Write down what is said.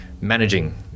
managing